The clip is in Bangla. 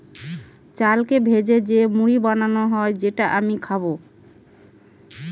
চালকে ভেজে যে মুড়ি বানানো হয় যেটা আমি খাবো